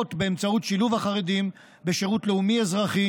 לרבות באמצעות שילוב החרדים בשירות לאומי-אזרחי